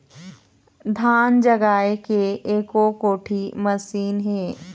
धान जगाए के एको कोठी मशीन हे?